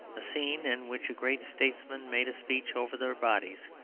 a scene in which a great statesman made a speech over their bodies,